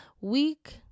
week